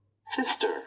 Sister